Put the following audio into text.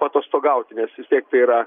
paatostogauti nes vis tiek tai yra